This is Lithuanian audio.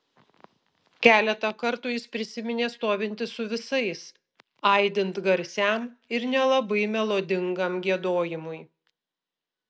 keletą kartų jis prisiminė stovintis su visais aidint garsiam ir nelabai melodingam giedojimui